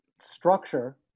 structure